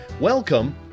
Welcome